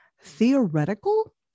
theoretical